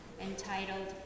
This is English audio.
entitled